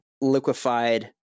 liquefied